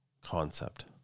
concept